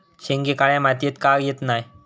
शेंगे काळ्या मातीयेत का येत नाय?